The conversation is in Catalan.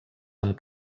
amb